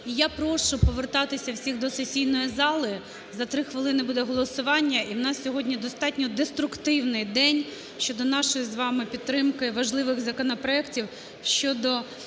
я прошу повертатися всіх до сесійної зали, за три хвилини буде голосування, і в нас сьогодні достатньо деструктивний день щодо нашої з вами підтримки важливих законопроектів, щодо